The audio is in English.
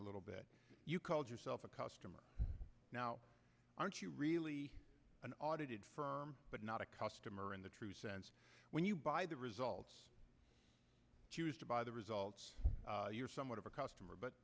a little bit you called yourself a customer now aren't you really an audited but not a customer in the true sense when you buy the results to buy the results you're somewhat of a customer but